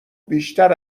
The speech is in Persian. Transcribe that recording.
بیشتر